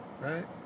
right